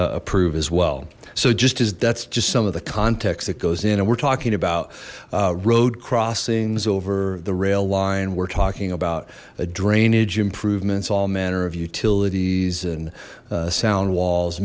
approve as well so just as that's just some of the context that goes in and we're talking about road crossings over the rail line we're talking about a drainage improvements all manner of utilities and sound walls